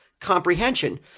comprehension